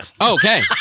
Okay